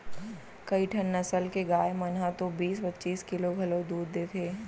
कइठन नसल के गाय मन ह तो बीस पच्चीस किलो घलौ दूद देथे